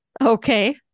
Okay